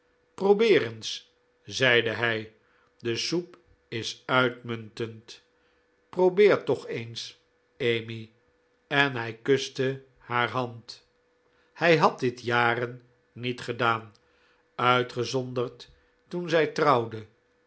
probeer eens zeide hij de soep is uitmuntend probeer toch eens emmy en hij kuste haar hand hij had dit in jaren niet gedaan uitgezonderd toen zij trouwde